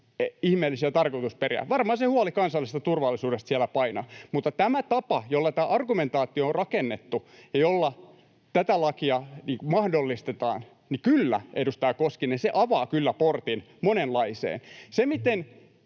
ihmeellisiä tarkoitusperiä. Varmaan se huoli kansallisesta turvallisuudesta siellä painaa, mutta tämä tapa, jolla tämä argumentaatio on rakennettu ja jolla tätä lakia mahdollistetaan — kyllä, edustaja Koskinen — avaa kyllä portin monenlaiseen.